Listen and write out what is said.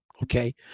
Okay